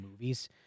movies